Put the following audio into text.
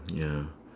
ya